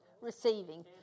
receiving